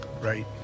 Right